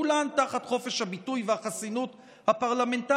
כולן תחת חופש הביטוי והחסינות הפרלמנטרית,